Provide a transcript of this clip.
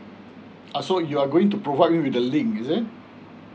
uh so you are going to provide you me with the link is it